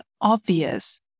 obvious